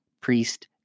priest